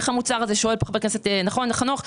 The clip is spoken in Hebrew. איך המוצר הזה, שואל חבר הכנסת חנוך, נכון?